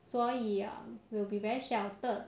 所以啊 we'll be very sheltered